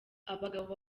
abagabo